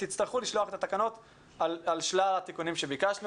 ועד ליום הזה אתם תצטרכו לשלוח את התקנות על שלל התיקונים שביקשנו.